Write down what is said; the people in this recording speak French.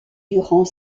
durant